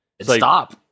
stop